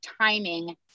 timing